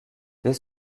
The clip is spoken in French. dès